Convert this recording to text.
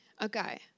Okay